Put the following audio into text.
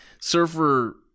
surfer